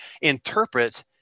interpret